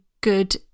good